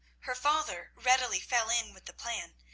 her father readily fell in with the plan,